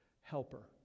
helper